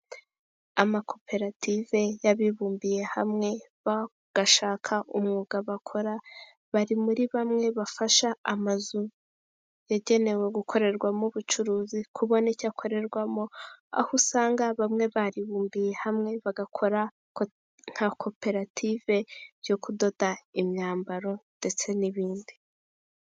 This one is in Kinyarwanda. Amakoperative y'abibumbiye hamwe bagashaka umwuga bakora, bari muri bamwe bafasha amazu yagenewe gukorerwamo ubucuruzi kubona icya akorerwamo, aho usanga bamwe baribumbiye hamwe bagakora nka koperative yo kudoda imyambaro ndetse n'ibindi.